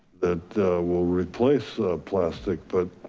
that will replace plastic, but